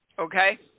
Okay